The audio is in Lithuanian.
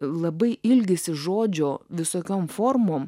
labai ilgisi žodžio visokiom formom